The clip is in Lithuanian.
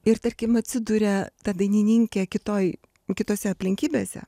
ir tarkim atsiduria ta dainininkė kitoj kitose aplinkybėse